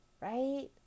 right